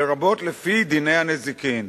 לרבות לפי דיני הנזיקים.